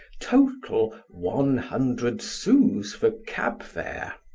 total one hundred sous for cabfare.